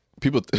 People